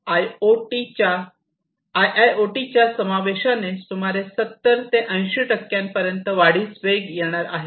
0 आयआयओटीच्या समावेशाने सुमारे 70 ते 80 पर्यंत वाढीस वेग येणार आहे